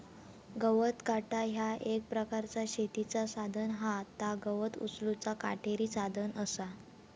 गवत काटा ह्या एक प्रकारचा शेतीचा साधन हा ता गवत उचलूचा काटेरी साधन असा